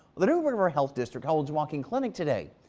the new river health district holds walking clinic today.